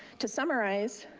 to summarize,